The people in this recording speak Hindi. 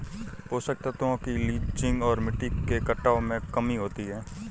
पोषक तत्वों की लीचिंग और मिट्टी के कटाव में कमी होती है